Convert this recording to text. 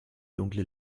dunkle